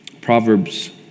Proverbs